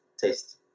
taste